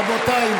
רבותיי,